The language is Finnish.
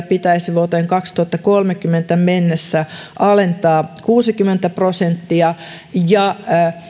pitäisi vuoteen kaksituhattakolmekymmentä mennessä alentaa kuusikymmentä prosenttia ja